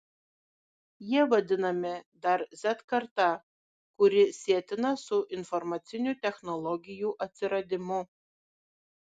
jie vadinami dar z karta kuri sietina su informacinių technologijų atsiradimu